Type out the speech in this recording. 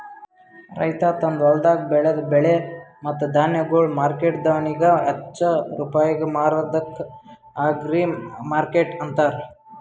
ರೈತ ತಂದು ಹೊಲ್ದಾಗ್ ಬೆಳದ ಬೆಳೆ ಮತ್ತ ಧಾನ್ಯಗೊಳ್ ಮಾರ್ಕೆಟ್ದವನಿಗ್ ಹಚ್ಚಾ ರೂಪಾಯಿಗ್ ಮಾರದ್ಕ ಅಗ್ರಿಮಾರ್ಕೆಟ್ ಅಂತಾರ